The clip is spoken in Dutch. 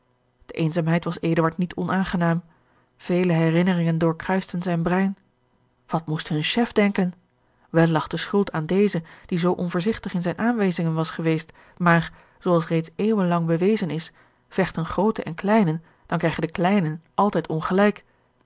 de eenzaamheid was eduard niet onaangenaam vele herinneringen doorkruisten zijn brein wat moest hun chef denken wel lag de schuld aan dezen die zoo onvoorzigtig in zijne aanwijzingen was geweest maar zooals reeds eeuwen lang bewezen is vechten grooten en kleinen dan krijgen de kleinen altijd ongelijk